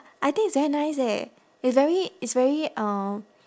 I think it's very nice eh it's very it's very uh